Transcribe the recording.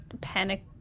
panic